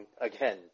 Again